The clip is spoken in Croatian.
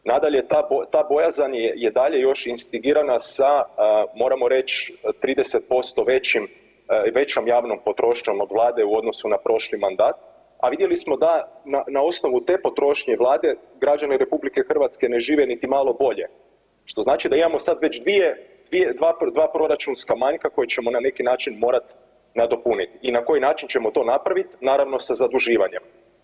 Nadalje, ta bojazan je, je dalje još instigirana sa, moramo reć, 30% većim, većom javnom potrošnjom od vlade u odnosu na prošli mandat, a vidjeli smo da na osnovu te potrošnje vlade građani RH ne žive niti malo bolje, što znači da imamo sad već dvije, dvije, dva, dva proračunska manjka koja ćemo na neki način morat nadopunit i na koji način ćemo to napravit, naravno sa zaduživanjem.